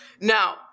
Now